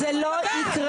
אם זה לא יקרה